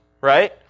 right